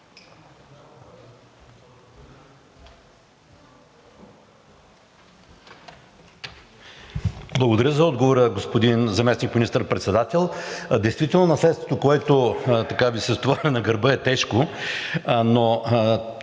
Благодаря за отговора, господин Заместник министър-председател. Действително наследството, което Ви се стовари на гърба, е тежко, но